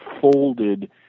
folded